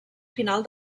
final